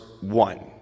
one